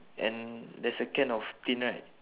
and there's a can of tin right